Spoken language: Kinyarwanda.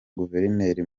guverineri